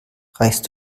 reichst